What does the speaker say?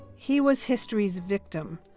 he was history's victim,